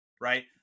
right